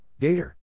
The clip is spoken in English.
Gator